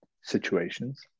situations